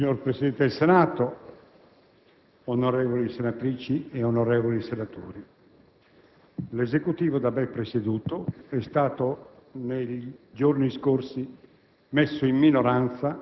Signor Presidente del Senato, onorevoli senatrici e onorevoli senatori, l'Esecutivo da me presieduto è stato nei giorni scorsi